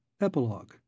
Epilogue